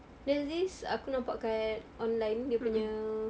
there's this aku nampak kat online dia punya